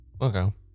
Okay